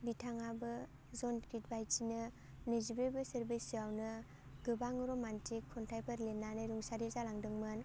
बिथाङाबो John Keats बायदिनो नैजिब्रै बोसोर बैसोआवनो गोबां रमान्टिक खन्थाइफोर लिरनानै रुंसारि जालांदोंमोन